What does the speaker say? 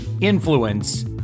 Influence